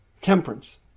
temperance